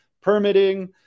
permitting